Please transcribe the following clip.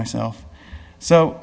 myself so